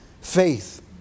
faith